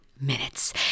minutes